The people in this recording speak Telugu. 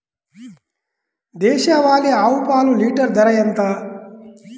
దేశవాలీ ఆవు పాలు లీటరు ధర ఎంత?